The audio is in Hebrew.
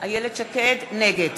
נגד